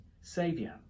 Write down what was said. saviour